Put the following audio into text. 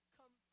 come